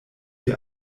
wie